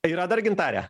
yra dar gintarė